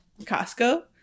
Costco